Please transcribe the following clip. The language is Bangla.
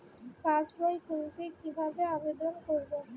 পাসবই খুলতে কি ভাবে আবেদন করব?